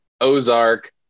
Ozark